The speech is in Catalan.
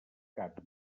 canvi